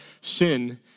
sin